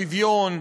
שוויון,